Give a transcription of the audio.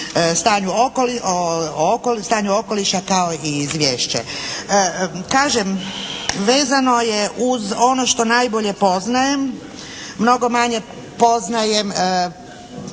Zakon o okolišu kao i izvješće. Kažem, vezano je uz ono što najbolje poznajem. Mnogo manje poznajem